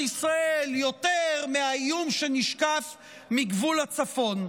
ישראל יותר מהאיום שנשקף מגבול הצפון.